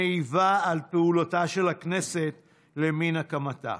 שמעיבה על פעילותה של הכנסת למן הקמתה.